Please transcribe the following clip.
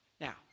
Now